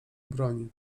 broń